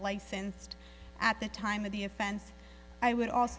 licensed at the time of the offense i would also